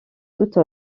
toute